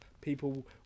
people